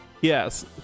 yes